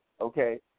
okay